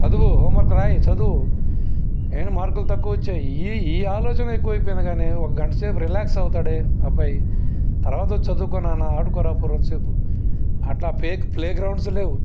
చదువు హోంవర్క్ రాయి చదువు ఏంది మార్కులు తక్కువ వచ్చాయి ఈ ఈ ఆలోచన ఎక్కువ అయిపోయింది కానీ ఒక గంట సేపు రిలాక్స్ అవుతాడే అబ్బాయి తర్వాత వచ్చి చదువుకో నాన్న ఆడుకురా కొంతసేపు అట్లా ప్లే ప్లే గ్రౌండ్సు లేవు